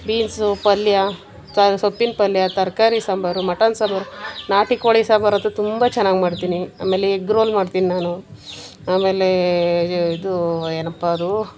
beans ಪಲ್ಯ ಸಹ ಸೊಪ್ಪಿನ ಪಲ್ಯ ತರಕಾರಿ ಸಾಂಬಾರು ಮಟನ್ ಸಾಂಬಾರು ನಾಟಿಕೋಳಿ ಸಾಂಬಾರು ಅಂತೂ ತುಂಬ ಚೆನ್ನಾಗಿ ಮಾಡ್ತೀನಿ ಆಮೇಲೆ ಎಗ್ ರೋಲ್ ಮಾಡ್ತೀನಿ ನಾನು ಆಮೇಲೆ ಇದು ಏನಪ್ಪಾ ಅದು